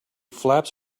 flaps